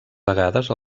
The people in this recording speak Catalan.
vegades